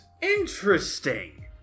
interesting